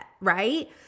right